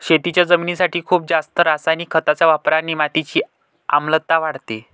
शेतीच्या जमिनीसाठी खूप जास्त रासायनिक खतांच्या वापराने मातीची आम्लता वाढते